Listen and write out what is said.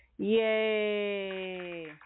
Yay